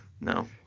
No